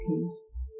peace